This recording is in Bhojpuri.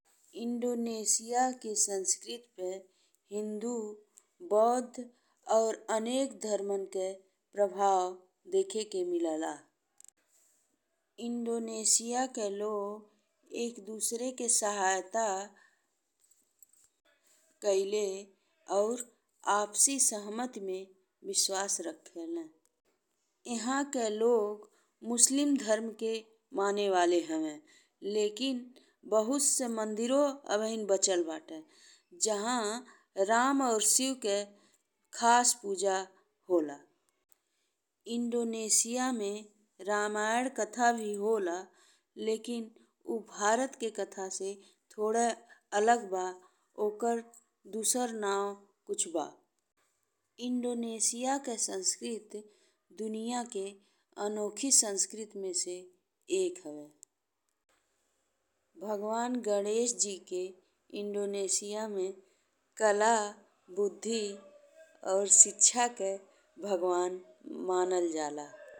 इंडोनेशिया के संस्कृति पे हिन्दू, बौद्ध, और अनेक धरम के प्रभाव देखे के मिलेला। इंडोनेशिया के लोग एक दूसरे के सहायता कइले और आपसी दलमेशन में विश्वास रखेले। एहां के लोग मुस्लिम धरम के माने वाले हवे, लेकिन बहुत से मंदिरो अभीन्ह बचल बाटे जहां राम और शिव के खास पूजा होला। इंडोनेशिया में रामायण कथा भी होला लेकिन उ भारत के कथा से थोड़ अलग बा। ओकर दूसर नाम कुछ बा। इंडोनेशिया के संस्कृति दुनिया के अनोखी संस्कृति में से एक हवे। भगवान गणेश जी के इंडोनेशिया में कला, बुद्धि और शिक्षा के भगवान मनल जाला।